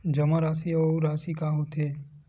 जमा राशि अउ राशि का होथे?